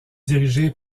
dirigée